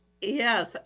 Yes